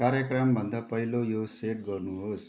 कार्यक्रमभन्दा पहिले यो सेट गर्नुहोस्